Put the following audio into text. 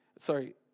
sorry